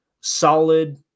solid